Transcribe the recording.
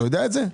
אתה יודע את זה?